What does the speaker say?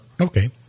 Okay